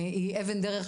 834,